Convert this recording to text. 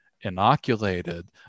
inoculated